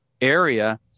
area